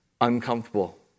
uncomfortable